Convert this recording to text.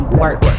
work